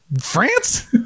France